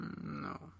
No